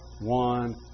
one